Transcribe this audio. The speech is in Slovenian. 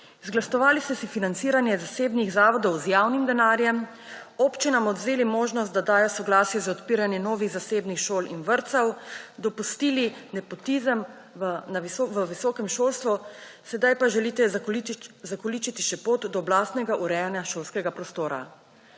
Izglasovali ste si financiranje zasebnih zavodov z javnim denarjem, občinam odvzeli možnost, da dajo soglasje za odpiranje novih zasebnih šol in vrtcev, dopustili nepotizem v visokem šolstvu, sedaj pa želite zakoličiti še pot do oblastnega urejanja šolskega prostora.